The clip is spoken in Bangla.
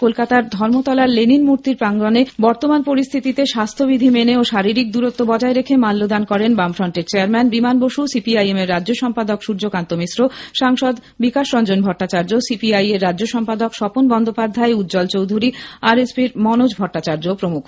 কলকাতার ধর্মতলার লেনিন মূর্তির প্রাঙ্গণে বর্তমান পরিস্থিতিতে স্বাস্থ্য বিধি মেনে ও শারীরিক দূরত্ব বজায় রেখে মাল্যদান করেন বামফ্রন্টের চেয়ারম্যান বিমান বসু সিপিআইএম এর রাজ্য সম্পাদক সূর্যকান্ত মিশ্র সাংসদ বিকাশরঞ্জন ভট্টাচার্য সিপিআই এর রাজ্য সম্পাদক স্বপন বন্দোপাধ্যায় উজ্জ্বল চৌধুরী আরএসপি র মনোজ ভট্টাচার্য প্রমুখ